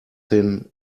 thin